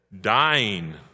dying